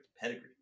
pedigree